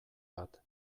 bat